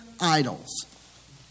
idols